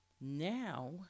Now